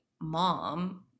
mom